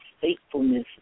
faithfulness